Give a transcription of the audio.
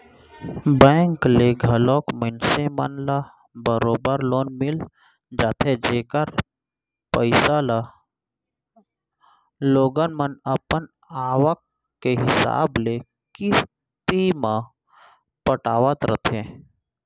bank ले घलौ मनसे मन ल बरोबर लोन मिल जाथे जेकर पइसा ल लोगन मन अपन आवक के हिसाब ले किस्ती म पटावत रथें